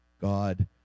God